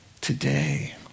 today